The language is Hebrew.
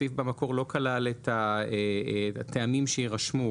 הסעיף במקור לא כלל את ה"טעמים שיירשמו".